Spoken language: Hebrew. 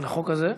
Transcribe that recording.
על החוק הזה.